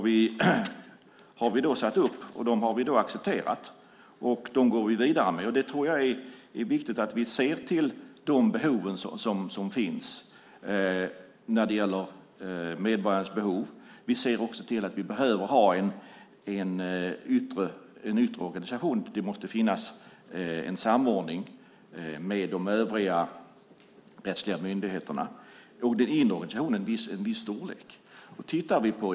Vi har satt upp dem och accepterat dem. Vi går vidare med dem. Jag tror att det är viktigt att vi ser till medborgarnas behov. Vi behöver också ha en yttre organisation. Det måste finnas en samordning med de övriga rättsliga myndigheterna, och den inre organisationen måste ha en viss storlek.